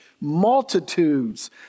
Multitudes